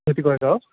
कति गरेर हो